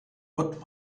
what